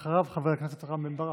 אחריו, חבר הכנסת רם בן ברק.